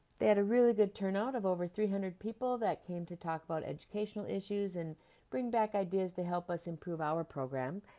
they had a really good turnout of over three hundred people that came to talk about educational issues and bring back ideas to help us improve our program.